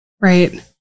Right